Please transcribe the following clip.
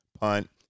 punt